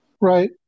Right